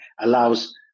allows